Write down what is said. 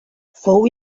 fou